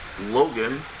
Logan